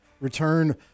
return